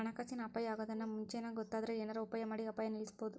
ಹಣಕಾಸಿನ್ ಅಪಾಯಾ ಅಗೊದನ್ನ ಮುಂಚೇನ ಗೊತ್ತಾದ್ರ ಏನರ ಉಪಾಯಮಾಡಿ ಅಪಾಯ ನಿಲ್ಲಸ್ಬೊದು